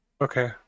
okay